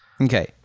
Okay